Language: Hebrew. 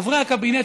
חברי הקבינט,